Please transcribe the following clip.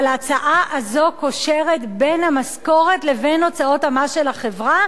אבל ההצעה הזאת קושרת בין המשכורת לבין הוצאות המס של החברה,